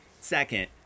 second